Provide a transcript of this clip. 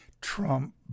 Trump